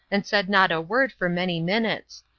and said not a word for many minutes.